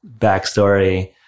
backstory